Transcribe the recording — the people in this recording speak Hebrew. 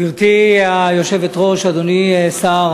גברתי היושבת-ראש, אדוני שר